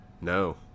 No